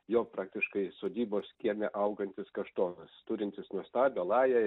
jo praktiškai sodybos kieme augantis kaštonas turintis nuostabią lają